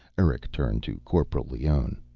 eric turned to corporal leone.